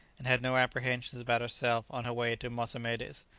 and had no apprehensions about herself on her way to mossamedes,